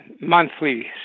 monthly